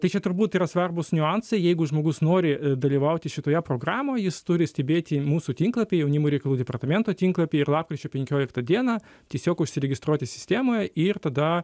tai čia turbūt yra svarbūs niuansai jeigu žmogus nori dalyvauti šitoje programoje jis turi stebėti mūsų tinklapį jaunimo reikalų departamento tinklapį ir lapkričio penkioliktą dieną tiesiog užsiregistruoti sistemoje ir tada